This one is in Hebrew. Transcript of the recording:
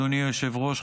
אדוני היושב-ראש,